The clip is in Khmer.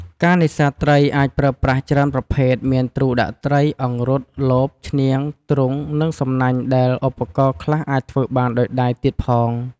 ការនេសាទត្រីអាចប្រើប្រាស់ច្រើនប្រភេទមាន ទ្រូដាក់ត្រី អង្រុត លប ឈ្នាង ទ្រុង និងសំណាញ់ដែលឧបករណ៍ខ្លះអាចធ្វើបានដោយដៃទៀតផង។